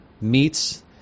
meets